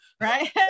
Right